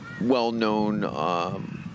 well-known